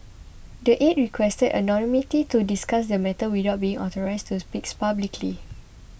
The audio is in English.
the aide requested anonymity to discuss the matter without being authorised to speak publicly